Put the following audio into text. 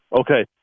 Okay